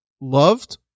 loved